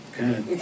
good